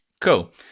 Cool